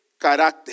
carácter